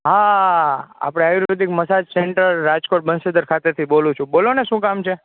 હા આપડે Ayurvedic massage centre Rajkot Bansidhar ખાતેથી બોલું છું બોલોને શું કામ છે